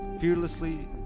fearlessly